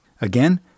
Again